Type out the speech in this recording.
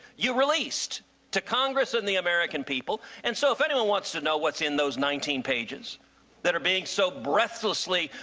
you released to congress and the american people. and so if anyone wants to know what's in though nineteen pages that are being so breathlessly,